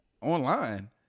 Online